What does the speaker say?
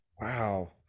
Wow